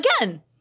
Again